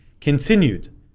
continued